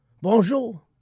Bonjour